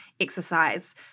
exercise